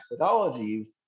methodologies